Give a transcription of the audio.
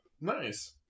Nice